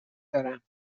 دارم